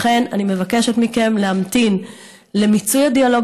לכן אני מבקשת מכם להמתין למיצוי הדיאלוג